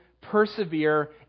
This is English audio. persevere